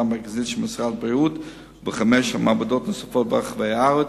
המרכזית של משרד הבריאות ובחמש מעבדות נוספות ברחבי הארץ.